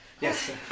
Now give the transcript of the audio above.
Yes